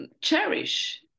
cherish